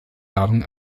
ladung